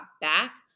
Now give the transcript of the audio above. back